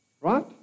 Right